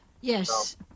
Yes